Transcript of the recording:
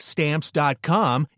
Stamps.com